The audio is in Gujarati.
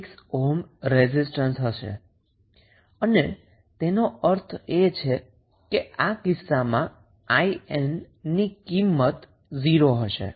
6 ઓહ્મ રેઝિસ્ટન્સ હશે અને તેનો અર્થ એ છે કે આ કિસ્સામાં 𝐼𝑁 ની કિંમત 0 હશે